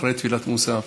אחרי תפילת מוסף: